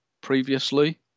previously